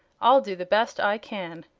i'll do the best i can.